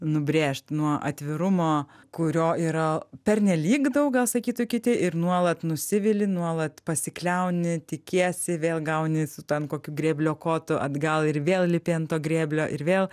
nubrėžt nuo atvirumo kurio yra pernelyg daug gal sakytų kiti ir nuolat nusivili nuolat pasikliauni tikiesi vėl gauni su ten kokiu grėblio kotu atgal ir vėl lipti ant to grėblio ir vėl